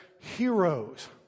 heroes